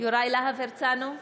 יוראי להב הרצנו,